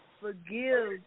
forgive